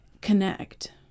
connect